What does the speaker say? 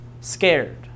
scared